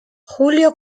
julio